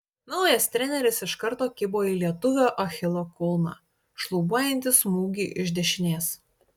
naujas treneris iš karto kibo į lietuvio achilo kulną šlubuojantį smūgį iš dešinės